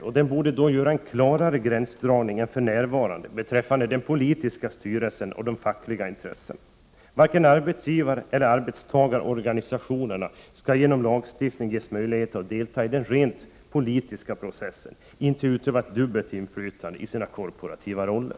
I denna lag borde det göras en klarare gränsdragning än vad som för närvarande är fallet beträffande den politiska styrelsen och de fackliga intressena. Varken arbetsgivareller arbetstagarorganisationerna skall genom lagstiftning ges möjligheter att delta i den rent politiska processen. De skall inte utöva ett dubbelt inflytande i sina korporativa roller.